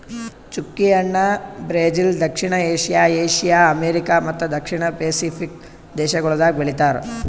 ಚ್ಚುಕಿ ಹಣ್ಣ ಬ್ರೆಜಿಲ್, ದಕ್ಷಿಣ ಏಷ್ಯಾ, ಏಷ್ಯಾ, ಅಮೆರಿಕಾ ಮತ್ತ ದಕ್ಷಿಣ ಪೆಸಿಫಿಕ್ ದೇಶಗೊಳ್ದಾಗ್ ಬೆಳಿತಾರ್